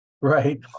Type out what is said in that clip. Right